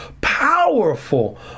powerful